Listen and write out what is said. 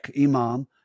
imam